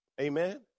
Amen